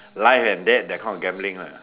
life and death that kind of gambling one